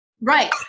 Right